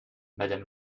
madame